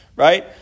right